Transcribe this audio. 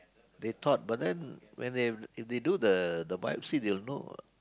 they thought but then when they if they do the biopsy they'll know